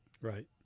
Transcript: Right